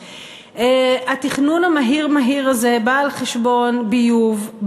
התכנון המהיר-מהיר הזה בא על חשבון ביוב,